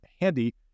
handy